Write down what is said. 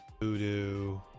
Voodoo